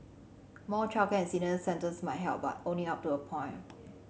more childcare and senior centres might help but only up to a point